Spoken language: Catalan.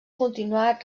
continuat